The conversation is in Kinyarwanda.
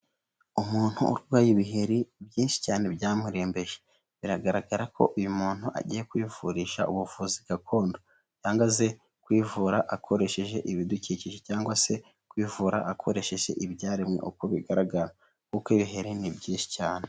Umuntu urwaye ibiheri byinshi cyane byamurembeje, biragaragara ko uyu muntu agiye kwifurisha ubuvuzi gakondo, cyangwa se kwivura akoresheje ibidukikije, cyangwa se kwivura akoresheje ibyaremwe uko bigaragara, kuko ibiri ni byinshi cyane.